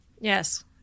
Yes